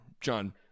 John